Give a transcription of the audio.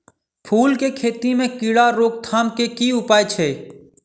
फूल केँ खेती मे कीड़ा रोकथाम केँ की उपाय छै?